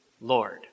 Lord